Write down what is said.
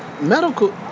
Medical